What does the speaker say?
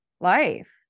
life